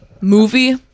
movie